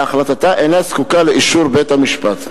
והחלטתה אינה זקוקה לאישור בית-המשפט.